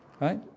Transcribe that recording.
Right